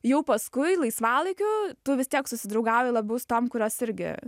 jau paskui laisvalaikiu tu vis tiek susidraugauji labiau su tom kurios irgi